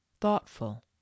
thoughtful